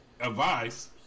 advice